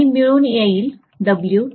आणि मिळून येईल W2